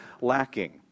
lacking